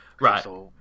right